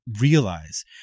realize